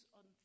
on